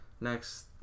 next